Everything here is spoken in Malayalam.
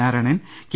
നാരായണൻ കെ